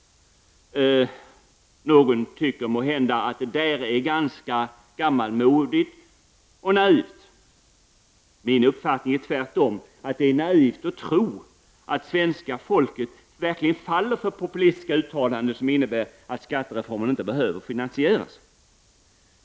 Någon tycker måhända att det är ganska gammalmodigt och naivt. Min uppfattning är tvärtom att det är naivt att tro att svenska folket verkligen faller för populistiska uttalanden, som innebär att skattereformen inte behöver finansieras.